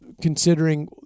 Considering